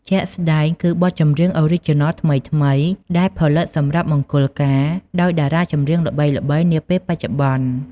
ជាក់ស្តែងគឺបទចម្រៀង Original ថ្មីៗដែលផលិតសម្រាប់មង្គលការដោយតារាចម្រៀងល្បីៗនាពេលបច្ចុប្បន្ន។